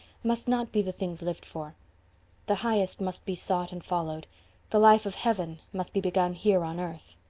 must not be the things lived for the highest must be sought and followed the life of heaven must be begun here on earth.